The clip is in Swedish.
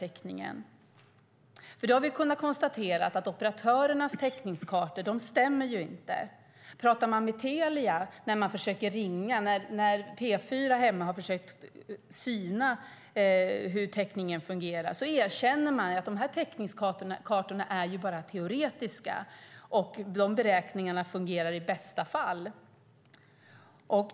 Vi har kunnat konstatera att operatörernas täckningskartor inte stämmer. När P4 hemma har försökt syna hur täckningen fungerar och pratar med Telia erkänner de att de här täckningskartorna bara är teoretiska. De beräkningarna fungerar i bästa fall.